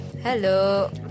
hello